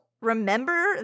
remember